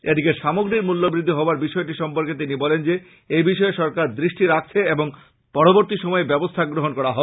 এদিকে সামগ্রীর মূল্য বৃদ্ধি হবার বিষয়টি সম্পর্কে তিনি বলেন যে এইবিষয়ে সরকার দৃষ্টি রাখছে এবং পরবর্তী সময়ে ব্যাবস্থা গ্রহন করা হবে